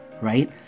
Right